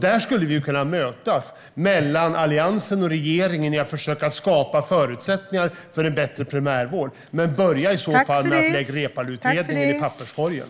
Där skulle vi kunna mötas mellan Alliansen och regeringen i att försöka skapa förutsättningar för en bättre primärvård. Men börja i så fall med att lägga Reepaluutredningen i papperskorgen!